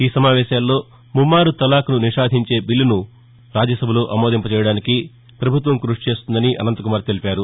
ఈ సమావేశాల్లో ముమ్నారు తలాక్ను నిషేధించే బిల్లును రాజ్యసభలో ఆమోదింపచేయడానికి ప్రభుత్వం క్బషి చేస్తుందని అనంతకుమార్ తెలిపారు